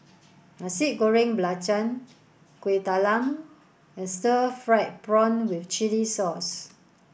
Nasi Goreng Belacan Kueh Talam and stir fried prawn with chili sauce